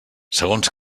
segons